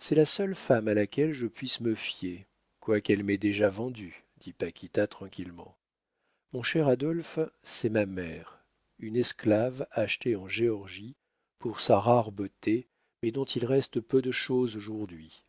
c'est la seule femme à laquelle je puisse me fier quoiqu'elle m'ait déjà vendue dit paquita tranquillement mon cher adolphe c'est ma mère une esclave achetée en géorgie pour sa rare beauté mais dont il reste peu de chose aujourd'hui